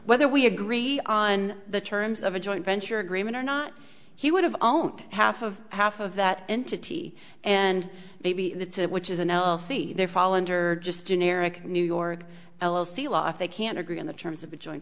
whether we agree on the terms of a joint venture agreement or not he would have own half of half of that entity and maybe that's it which is n l c they fall under just generic new york l l c law if they can't agree on the terms of a join